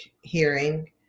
hearing